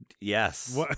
Yes